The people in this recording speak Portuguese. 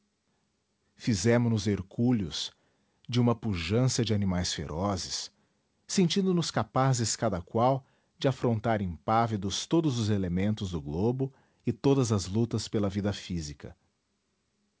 se amesquinhava progressivamente fizemo nos hercúleos de uma pujança de animais ferozes sentindo nos capazes cada qual de afrontar impávidos todos os elementos do globo e todas as lutas pela vida física